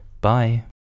Bye